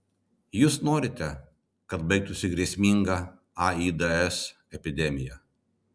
jūs norite kad baigtųsi grėsminga aids epidemija